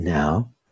Now